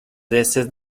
heces